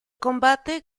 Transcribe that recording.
combate